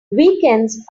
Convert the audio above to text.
weekends